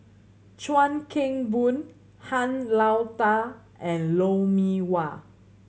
Chuan Keng Boon Han Lao Da and Lou Mee Wah